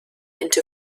into